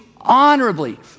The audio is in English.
honorably